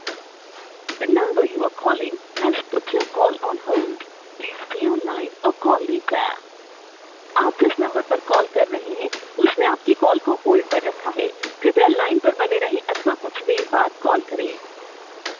the number you are calling has put your call on hold please stay on line or call later आप जिस number पर call कर रहे हैं उसने आपकी कॉल को होल्ड पर रखा है कृपया लाइन पर बने रहें अथवा कुछ देर बाद कॉल करें